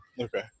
Okay